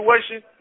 situation